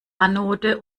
anode